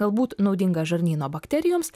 galbūt naudingas žarnyno bakterijoms